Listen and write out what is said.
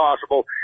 possible